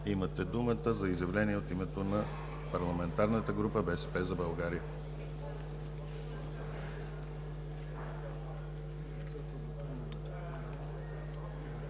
имате думата за изявление от името на парламентарната група „БСП за България“.